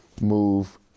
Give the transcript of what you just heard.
move